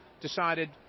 decided